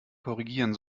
korrigieren